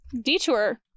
Detour